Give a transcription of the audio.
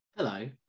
Hello